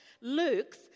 Luke's